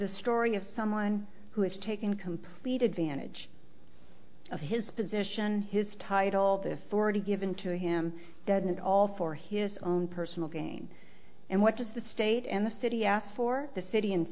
a story of someone who has taken complete advantage of his position his title this already given to him dead and all for his own personal gain and what does the state and the city at for the city and